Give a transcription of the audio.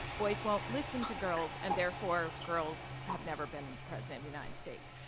boys won't listen to girls. and therefore, girls had never been president of the united states.